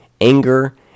anger